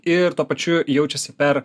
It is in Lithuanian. ir tuo pačiu jaučiasi per